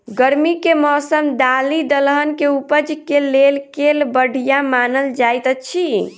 गर्मी केँ मौसम दालि दलहन केँ उपज केँ लेल केल बढ़िया मानल जाइत अछि?